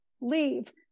leave